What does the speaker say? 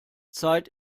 zeit